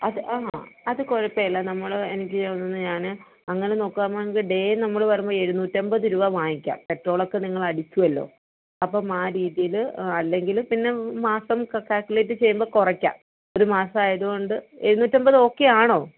അത് ആ അത് കുഴപ്പമില്ല നമ്മൾ എനിക്ക് ഒന്ന് ഞാൻ അങ്ങനെ നോക്കുകയാണെങ്കിൽ ഡേ നമ്മൾ പറയുമ്പോൾ എഴുന്നൂറ്റി അൻപത് രൂപ വാങ്ങിക്കാം പെട്രോളൊക്കെ നിങ്ങൾ അടിക്കുമല്ലൊ അപ്പോൾ ആ രീതിയിൽ അല്ലെങ്കിൽ പിന്നെ മാസം കാൽക്കുലേറ്റ് ചെയ്യുമ്പോൾ കുറയ്ക്കാം ഒരുമാസം ആയത് കൊണ്ട് എഴുന്നൂറ്റി അൻപത് ഓക്കെ ആണോ